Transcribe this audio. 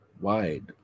wide